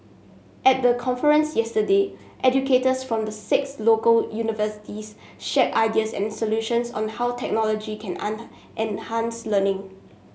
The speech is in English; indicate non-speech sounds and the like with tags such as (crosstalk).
at the conference yesterday educators from the six local universities shared ideas and solutions on how technology can (unintelligible) enhance learning